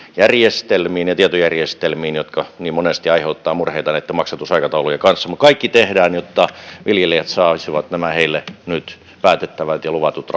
järjestelmiin tietojärjestelmiin jotka niin monesti aiheuttavat murheita näitten maksatusaikataulujen kanssa mutta kaikki tehdään jotta viljelijät saisivat nämä heille nyt päätettävät ja luvatut